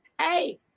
hey